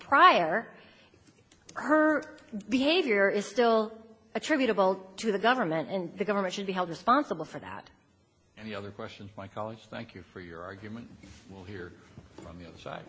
prior to her behavior is still attributable to the government and the government should be held responsible for that and the other question my colleagues thank you for your argument here on the other side